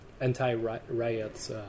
anti-riots